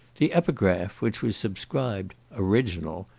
the epigraph, which was subscribed original,